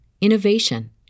innovation